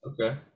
Okay